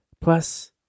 Plus